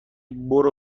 برو